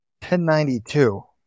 1092